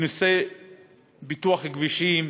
שעושה עבודה מעולה בפיתוח כבישים,